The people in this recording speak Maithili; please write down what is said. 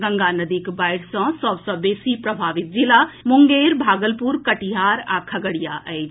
गंगा नदीक बाढ़ि सऽ सभ सँ बेसी प्रभावित जिला मुंगेर भागलपुर कटिहार आ खगड़िया अछि